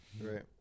right